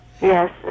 Yes